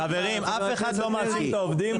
חברים, אף אחד לא מאשים את העובדים.